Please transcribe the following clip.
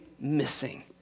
missing